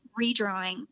redrawing